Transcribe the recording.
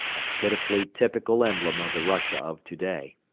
a pitifully typical emblem of the russia of today.